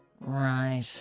Right